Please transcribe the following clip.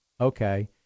okay